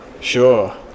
Sure